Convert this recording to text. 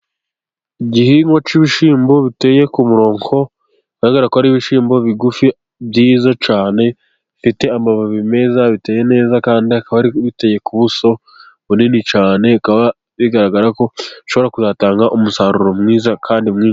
Igihingwa cy'ibishyimbo biteye ku murongo, bigaragara ko ari ibishyimbo bigufi byiza cyane bifite amababi meza, biteye neza kandi bikaba biteye ku buso bunini cyane, bikaba bigaragara ko bishobora kuzatanga umusaruro mwiza kandi mwinshi.